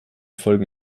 folgen